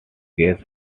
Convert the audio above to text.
guest